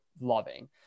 loving